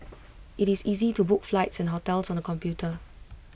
IT is easy to book flights and hotels on the computer